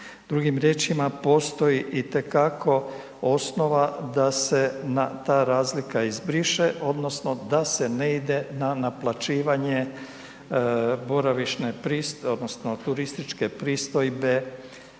Drugim riječima postoji itekako osnova da se na ta razlika izbriše odnosno da se ne ide na naplaćivanje boravišne pristojbe